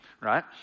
right